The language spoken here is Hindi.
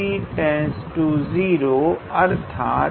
→ 0 अर्थात